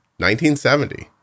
1970